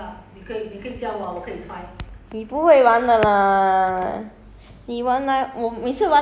我你不会的 lah oh 还有多十五分钟